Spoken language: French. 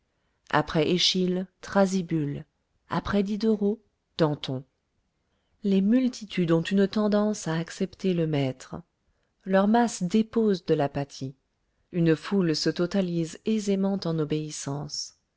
après eschyle thrasybule après diderot danton les multitudes ont une tendance à accepter le maître leur masse dépose de l'apathie une foule se totalise aisément en obéissance